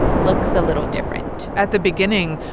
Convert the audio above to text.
looks a little different at the beginning,